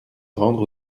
rendre